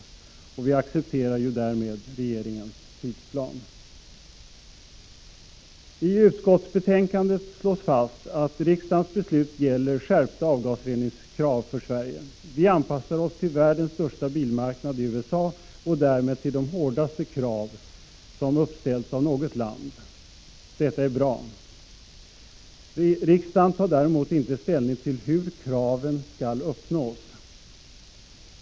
Vi accepterar därmed regeringens tidsplan. I utskottsbetänkandet slås det fast att riksdagens beslut gäller skärpta avgasreningskrav för Sverige. Vi anpassar oss till världens största bilmarknad i USA och därmed till de hårdaste krav som uppställts av något land. Detta är bra. Riksdagen tar däremot inte ställning till hur kraven skall uppnås.